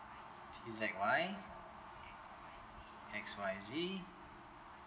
T Z Y X Y Z